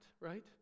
right